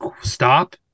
stop